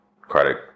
credit